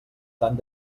tant